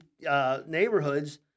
neighborhoods